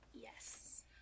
Yes